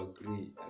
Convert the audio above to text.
agree